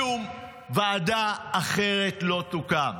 שום ועדה אחרת לא תוקם.